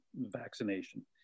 vaccination